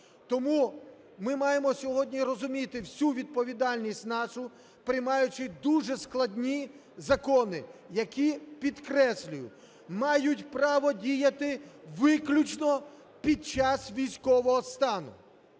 Тому ми маємо сьогодні розуміти всю відповідальність нашу приймаючи дуже складні закони, які, підкреслюю, мають право діяти виключно під час військового стану.